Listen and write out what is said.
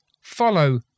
follow